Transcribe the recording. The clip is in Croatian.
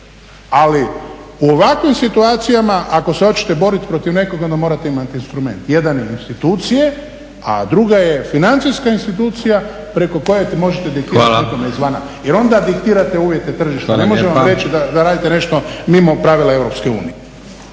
Ali, u ovakvim situacijama ako se hoćete boriti protiv nekoga onda morate imati instrument. Jedan je institucije, a druga je financijska institucija preko koje možete diktirati nekome izvana. Jer onda diktirate uvjete tržišta, ne može vam reći da radite nešto mimo pravila EU.